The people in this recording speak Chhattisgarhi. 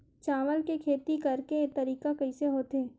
चावल के खेती करेके तरीका कइसे होथे?